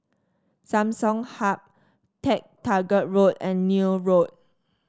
Samsung Hub MacTaggart Road and Neil Road